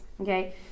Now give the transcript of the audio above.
okay